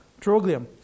Troglium